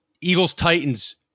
Eagles-Titans